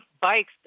bikes